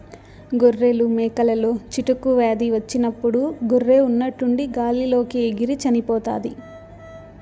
గొర్రెలు, మేకలలో చిటుకు వ్యాధి వచ్చినప్పుడు గొర్రె ఉన్నట్టుండి గాలి లోకి ఎగిరి చనిపోతాది